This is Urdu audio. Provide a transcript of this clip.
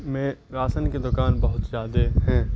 میں راسن کی دکان بہت زیادہ ہیں